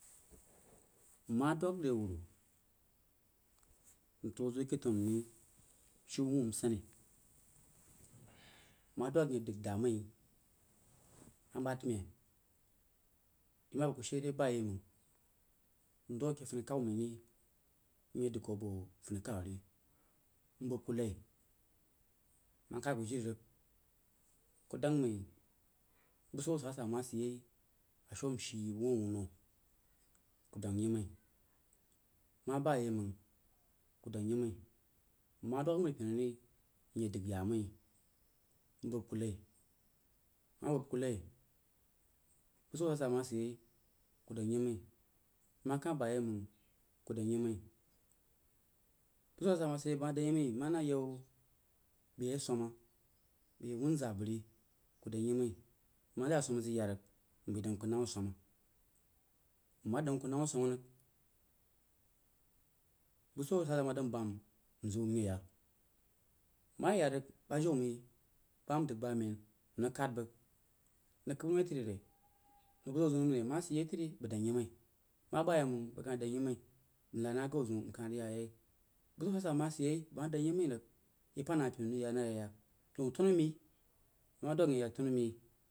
Nmah dvəg re wuru, ntuoh zoó keh tannu mai ri mshii wuh nsanne nma dwəg nya dəg daámai a mad mai yi ma bəg ku shire bam ndwəg ke funni kai mai ri, nye dəg keh booh` funnai kawu á ri nbam ku nai mkhdd ku jizig kuh dəng mai busau a sa ba ma sid yei a shiu an shi wuh-wunno ku dəng yimai, ma banyeiməng ku dang yeimu nma dwəg amripeni ri mye dag yaá mai mbam kunni, nma bəm kuh nai bujau asa-sa ma sulyei ku dang yi mai ma ka bayeiməng ku dang yi mai busau asa-sa ma sid yei bəg ma dang yi mai mana yau beh ajwama beh wunza bəg ri ku dang yiai, nma zak aswama zəg ya rig mbai dang ku nalm aswama nma dang ku naye aswama rig busau a sa-sa ma dan bam nzeu mye yak nma ye ya rig bajau mai bu dəg ba mein nrig khad bəg nəng kəbb noi tri re? Daun bu ana busnu zeun ma sid yei bəg dəng yimai, ma bayeməng bəg ka dəng yi mai ŋlad gnu zeun mye ya yei busau a sa-sa ma sid-yei bəg ma dəng yi mai rig ye pan nah penna mya na yak-yak daun tannu miyi yi madwəg ye yak tannu miyi.